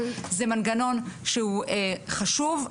זה מנגנון שהוא חשוב.